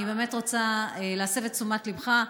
אני באמת רוצה להסב את תשומת ליבך,